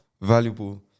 valuable